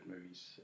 movies